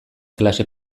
klase